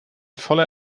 voller